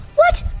what?